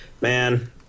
Man